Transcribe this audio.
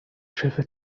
schiffe